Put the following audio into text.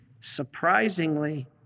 surprisingly